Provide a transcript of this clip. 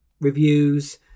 reviews